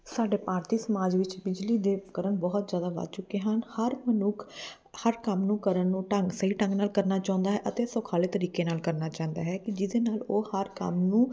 ਸਾਡੇ ਭਾਰਤੀ ਸਮਾਜ ਵਿੱਚ ਬਿਜਲੀ ਦੇ ਉਪਕਰਨ ਬਹੁਤ ਜ਼ਿਆਦਾ ਵੱਧ ਚੁੱਕੇ ਹਨ ਹਰ ਮਨੁੱਖ ਹਰ ਕੰਮ ਨੂੰ ਕਰਨ ਨੂੰ ਢੰਗ ਸਹੀ ਢੰਗ ਨਾਲ ਕਰਨਾ ਚਾਹੁੰਦਾ ਹੈ ਅਤੇ ਸੁਖਾਲੇ ਤਰੀਕੇ ਨਾਲ ਕਰਨਾ ਚਾਹੁੰਦਾ ਹੈ ਕਿ ਜਿਹਦੇ ਨਾਲ ਉਹ ਹਰ ਕੰਮ ਨੂੰ